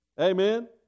Amen